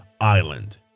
island